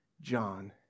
John